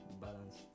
balance